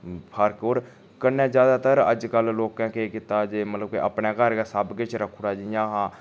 फर्क होर कन्नै ज्यादातर अज्जकल लोकें केह् कीता जे मतलब के अपने घर गै सब किश रक्खी ओड़े दा जियां हा